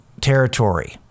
territory